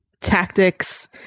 tactics